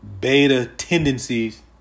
beta-tendencies